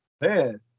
man